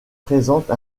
présente